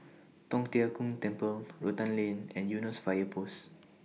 Tong Tien Kung Temple Rotan Lane and Eunos Fire Post